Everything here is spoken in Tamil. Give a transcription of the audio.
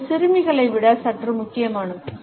இது சிறுமிகளை விட சற்று முக்கியமானது